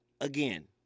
Again